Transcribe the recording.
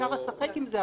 אפשר לשחק עם זה,